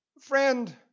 Friend